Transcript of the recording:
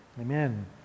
Amen